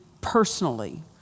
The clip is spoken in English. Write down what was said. personally